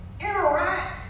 interact